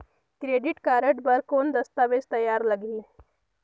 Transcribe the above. Credit card बर कौन दस्तावेज तैयार लगही?